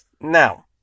Now